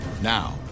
Now